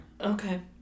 Okay